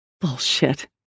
Bullshit